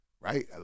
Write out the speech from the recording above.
right